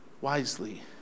wisely